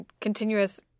continuous